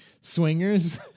swingers